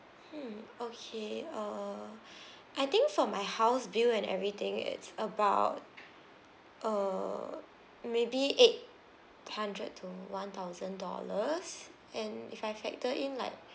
hmm okay uh I think for my house bill and everything it's about uh maybe eight hundred to one thousand dollars and if I factor in like